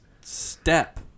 step